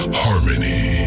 harmony